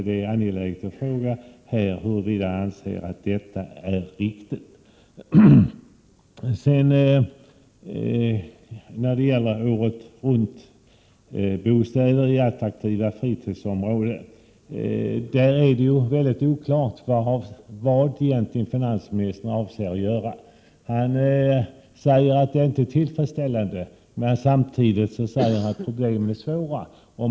Det är angeläget att få veta huruvida Sverre Palm anser att detta är riktigt. När det gäller åretruntbostäder i attraktiva fritidsområden är det oklart vad finansministern avser att göra. Han säger att bestämmelserna inte är tillfredsställande men säger samtidigt att problemen är svåra.